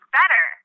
better